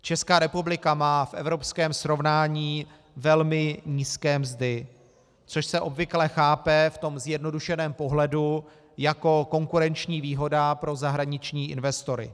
Česká republika má v evropském srovnání velmi nízké mzdy, což se obvykle chápe v tom zjednodušeném pohledu jako konkurenční výhoda pro zahraniční investory.